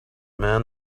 man